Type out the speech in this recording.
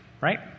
right